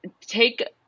take